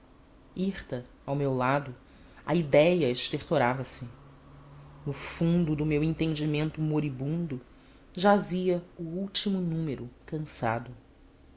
hirta ao meu lado a idéia estertorava se no fundo do meu entendimento moribundo jazia o último número cansado